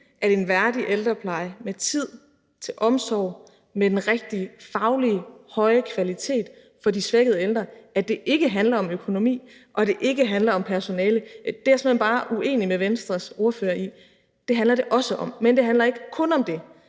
at en værdig ældrepleje med tid til omsorg og med den rigtige faglige og høje kvalitet for de svækkede ældre ikke handler om økonomi og ikke handler om personale, er jeg simpelt hen bare uenig med Venstres ordfører i. Det handler det også om, men det handler ikke kun om det.